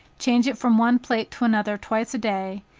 change it from one plate to another twice a day,